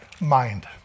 mind